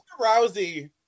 Rousey